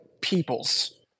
peoples